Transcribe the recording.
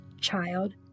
child